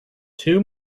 two